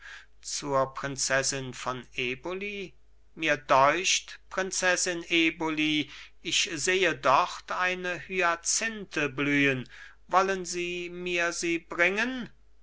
zur prinzessin von eboli mir deucht prinzessin eboli ich sehe dort eine hyazinthe blühen wollen sie mir sie bringen